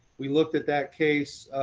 we looked at that case,